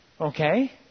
okay